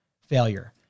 failure